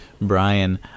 Brian